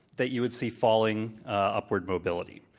that you would see falling upward mobility.